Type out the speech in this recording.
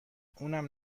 اونم